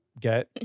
get